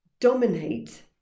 dominate